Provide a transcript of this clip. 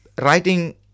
writing